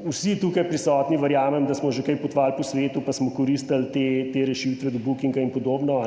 Vsi tukaj prisotni, verjamem, smo že kaj potovali po svetu, pa smo koristili te rešitve od Bookinga in podobno.